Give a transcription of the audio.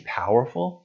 powerful